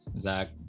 zach